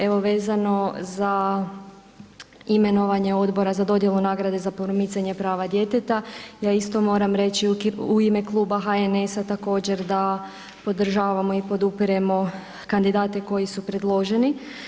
Evo vezano za imenovanje Odbora za dodjelu nagrada za promicanje prava djeteta, ja isto moram reći u ime kluba HNS-a također da podržavamo i podupiremo kandidate koji su predloženi.